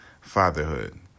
fatherhood